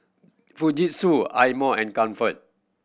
Fujitsu Eye Mo and Comfort